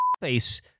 Face